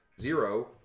zero